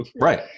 right